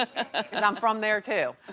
ah and i'm from there too.